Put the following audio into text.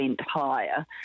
higher